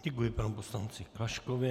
Děkuji panu poslanci Klaškovi.